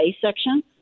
section